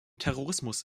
terrorismus